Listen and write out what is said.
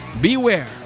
Beware